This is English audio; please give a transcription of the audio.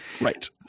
Right